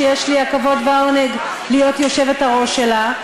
שיש לי הכבוד והעונג להיות היושבת-ראש שלה,